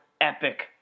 Epic